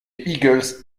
eagles